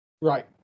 Right